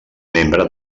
membre